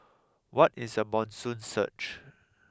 what is a monsoon surge